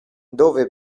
dove